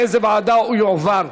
לאיזו וועדה הוא יועבר.